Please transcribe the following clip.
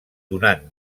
donant